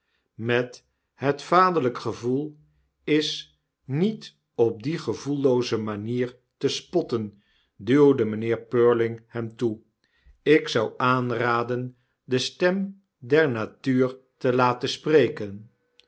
met het vaderlijk gevoel is met op diegevoellooze manier te spotten duwde mynheer purling hem toe ik zou aanraden de stem der natuur te laten spreken